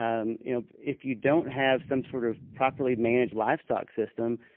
um you know if you don't have some sort of properly managed livestock system,